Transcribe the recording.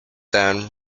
then